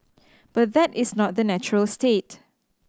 but that is not the natural state